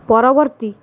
ପରବର୍ତ୍ତୀ